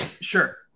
Sure